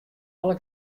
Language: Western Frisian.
alle